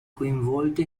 coinvolta